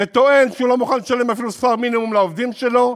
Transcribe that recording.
וטוען שהוא לא מוכן לשלם אפילו שכר מינימום לעובדים שלו,